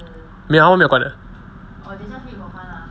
没有他们没有管的